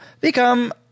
become